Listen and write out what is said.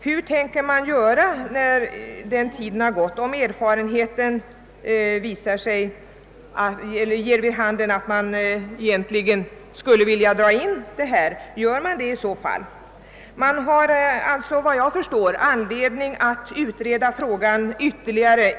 Hur tänker man göra när denna tid har gått, om erfarenheten ger vid handen att man egentligen skulle vilja dra in denna prästtjänst? Gör man det i så fall? Knappast! Efter vad jag förstår har man alltså anledning att utreda frågan ytterligare.